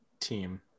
team